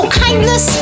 kindness